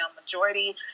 majority